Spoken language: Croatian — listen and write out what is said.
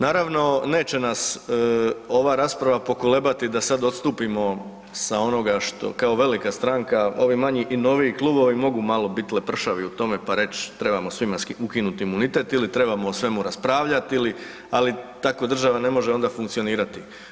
Naravno neće nas ova rasprava pokolebati da sad odstupimo sa onoga što, kao velika stranka, oni manji i noviji klubovi mogu malo biti lepršavi u tome pa reći trebamo svima ukinuti imunitet ili trebamo o svemu raspravljati ili, ali tako država ne može onda funkcionirati.